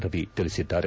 ರವಿ ತಿಳಿಸಿದ್ದಾರೆ